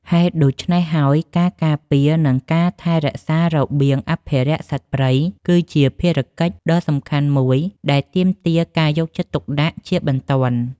ហេតុដូច្នេះហើយ ការការពារ និងថែរក្សារបៀងអភិរក្សសត្វព្រៃ គឺជាភារកិច្ចដ៏សំខាន់មួយដែលទាមទារការយកចិត្តទុកដាក់ជាបន្ទាន់។